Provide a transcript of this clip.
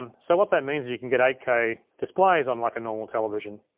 um so what that means is you can get eight k displays on like a normal television.